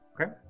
Okay